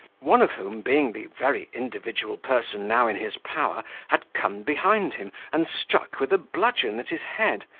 one of whom being the very individual person now in his power, had come behind him, and struck with a bludgeon at his head,